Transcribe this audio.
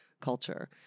culture